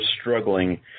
struggling